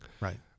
Right